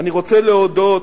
אני רוצה להודות